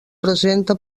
presenta